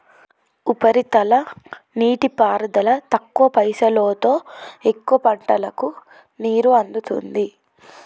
ఉపరితల నీటిపారుదల తక్కువ పైసలోతో ఎక్కువ పంటలకు నీరు అందుతుంది